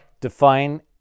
define